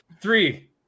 three